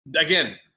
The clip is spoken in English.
again